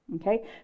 Okay